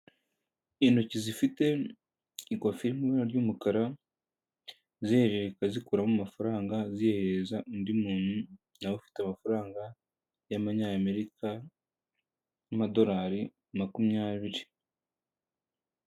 Intoki zifite ikofi iri mu ibara ry'umukara zihererekanya zikuramo amafaranga zihereza undi muntu nawe ufite amafaranga y'amanyamerika y'amadolari makumyabiri.